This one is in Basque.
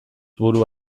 buru